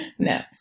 No